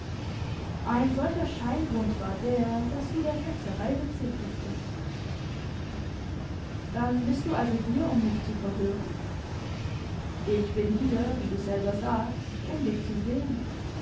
ein solcher scheingrund war der daß du der ketzerei bezichtigt bist dann bist du also hier um mich zu verhören ich bin hier wie du selber sagst um dich zu sehen